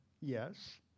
yes